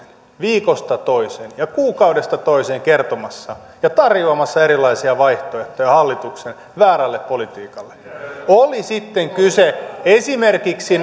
viikosta toiseen ja kuukaudesta toiseen kertomassa ja tarjoamassa erilaisia vaihtoehtoja hallituksen väärälle politiikalle oli sitten kyse esimerkiksi